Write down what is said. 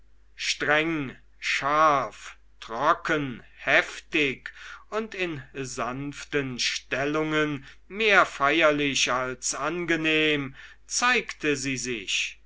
streng scharf trocken heftig und in sanften stellungen mehr feierlich als angenehm zeigte sie sich